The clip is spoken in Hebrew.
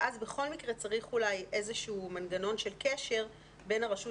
ואז בכל מקרה צריך אולי איזשהו מנגנון של קשר בין הרשות